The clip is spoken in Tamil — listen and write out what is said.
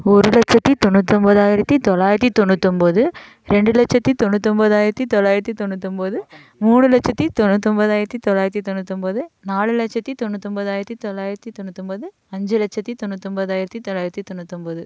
ஒரு லட்சத்தி தொண்ணூத்தொம்பதாயிரத்தி தொள்ளாயிரத்தி தொண்ணூத்தொம்பது ரெண்டு லட்சத்தி தொண்ணூத்தொம்போதாயிரத்தி தொள்ளாயிரத்தி தொண்ணூத்தொம்பது மூணு லட்சத்தி தொண்ணூத்தொம்போதாயிரத்தி தொள்ளாயிரத்தி தொண்ணூத்தொம்பது நாலு லட்சத்தி தொண்ணூத்தொம்போதாயிரத்தி தொள்ளாயிரத்தி தொண்ணூத்தொம்பது அஞ்சு லட்சத்தி தொண்ணூத்தொம்போதாயிரத்தி தொள்ளாயிரத்தி தொண்ணூத்தொம்பது